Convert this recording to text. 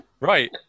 right